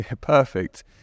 perfect